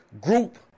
Group